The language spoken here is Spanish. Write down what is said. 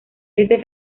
este